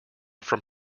from